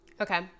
Okay